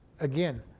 again